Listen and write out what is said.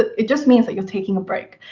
it just means that you're taking a break,